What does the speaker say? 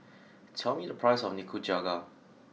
tell me the price of Nikujaga